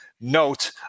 note